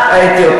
שהגיעו,